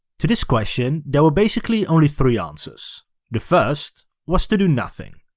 to this question there were basically only three answers the first, was to do nothing.